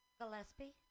Gillespie